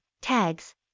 tags